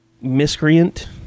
Miscreant